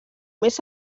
més